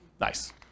Nice